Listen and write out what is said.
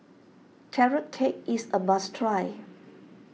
Carrot Cake is a must try